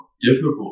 difficult